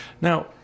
now